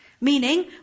meaning